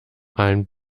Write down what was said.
ein